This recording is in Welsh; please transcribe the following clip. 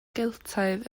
geltaidd